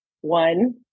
One